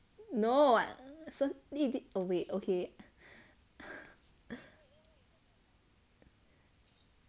no I suddenly did await okay